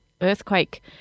earthquake